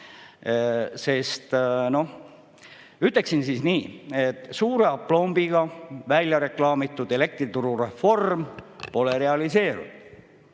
Ütleksin nii, et suure aplombiga välja reklaamitud elektriturureform pole realiseerunud.